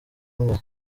umwe